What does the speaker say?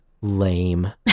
lame